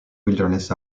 wilderness